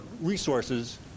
resources